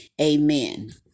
amen